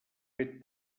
fet